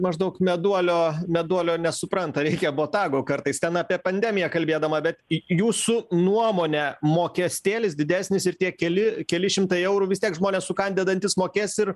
maždaug meduolio meduolio nesupranta reikia botago kartais ten apie pandemiją kalbėdama bet jūsų nuomone mokestėlis didesnis ir tie keli keli šimtai eurų vis tiek žmonės sukandę dantis mokės ir